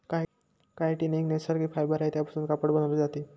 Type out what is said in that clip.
chitin एक नैसर्गिक fibre आहे त्यापासून कापड बनवले जाते